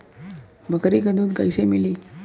बकरी क दूध कईसे मिली?